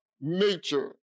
nature